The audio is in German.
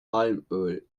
palmöl